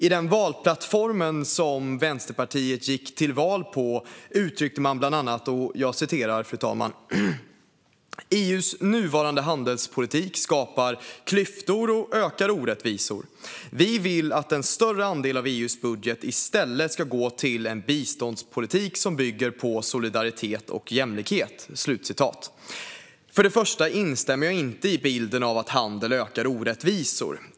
I den valplattform som Vänsterpartiet gick till val på uttryckte man bland annat: "EU:s nuvarande handelspolitik skapar klyftor och ökar orättvisor, vi vill att en större andel av EU:s budget istället ska gå till en biståndspolitik som bygger på solidaritet och jämlikhet." För det första instämmer jag inte i bilden att handel ökar orättvisor.